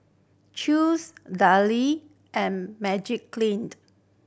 Chew's Darlie and Magiclean